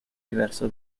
diverso